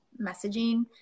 messaging